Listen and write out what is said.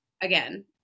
again